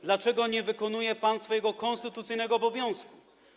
Dlaczego nie wykonuje pan swojego konstytucyjnego obowiązku?